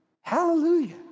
Hallelujah